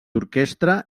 orquestra